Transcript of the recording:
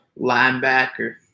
linebacker